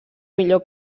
millor